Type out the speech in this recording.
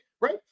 right